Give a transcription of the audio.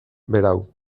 berau